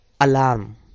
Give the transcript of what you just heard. alarm